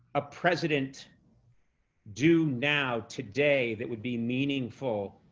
a president do now today that would be meaningful?